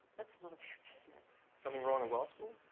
that's none of your business. something wrong at law school?